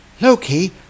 Loki